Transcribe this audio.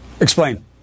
Explain